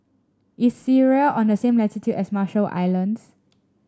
is Syria on the same latitude as Marshall Islands